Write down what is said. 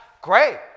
Great